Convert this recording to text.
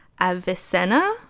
Avicenna